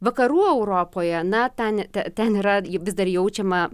vakarų europoje na ten ten yra ji vis dar jaučiama